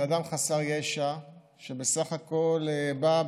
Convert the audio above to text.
זה אדם חסר ישע שבסך הכול בא,